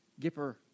gipper